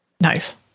Nice